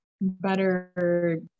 better